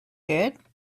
good